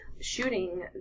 Shooting